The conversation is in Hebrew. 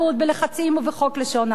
בלחצים ובחוק לשון הרע.